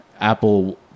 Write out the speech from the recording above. Apple